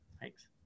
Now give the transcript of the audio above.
thanks